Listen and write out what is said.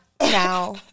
now